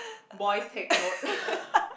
boys take note